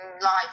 life